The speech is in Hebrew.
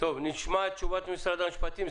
נשמע את תשובת משרד המשפטים.